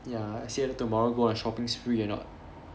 ya see whether tomorrow go on shopping spree or not